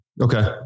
Okay